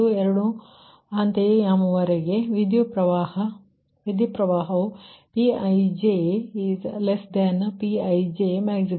ಮತ್ತು ವಿದ್ಯುತ್ ಪ್ರವಾಹ Pij|≤Pijmax